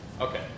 Okay